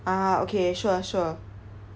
ah okay sure sure